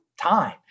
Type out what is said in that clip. time